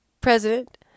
president